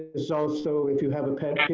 so so if you have a pet,